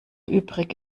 übrig